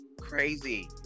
crazy